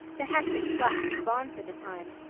the hectic flush was gone for the time,